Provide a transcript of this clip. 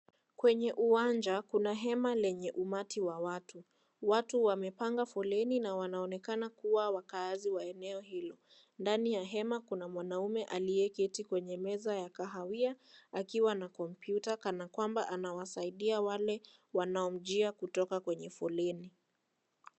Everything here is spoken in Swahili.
Kwenye uwanja, kuna hema lenye umati wa watu. Watu wamepanga foleni na wanaonekana kuwa wakaazi wa eneo hilo. Ndani ya hema kuna mwanaume aliyeketi kwenye meza ya kahawia akiwa na kompiuta, kana kwamba anawasaidia wale wanaomjia kutoka kwenye foleni.